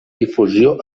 difusió